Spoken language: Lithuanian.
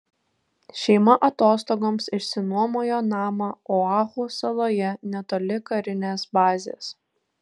šeima atostogoms išsinuomojo namą oahu saloje netoli karinės bazės